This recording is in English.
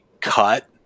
cut